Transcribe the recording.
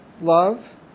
love